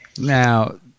Now